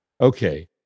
Okay